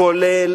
כולל